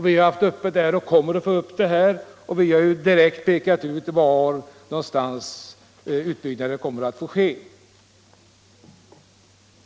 Vi har haft och kommer att få sådana frågor till behandling, och vi har direkt pekat ut var någonstans utbyggnader får ske.